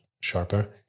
sharper